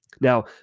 Now